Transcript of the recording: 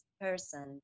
person